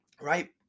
Right